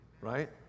Right